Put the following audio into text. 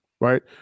right